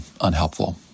unhelpful